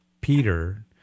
peter